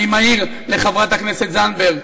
אני מעיר לחברת הכנסת זנדברג,